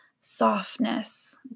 softness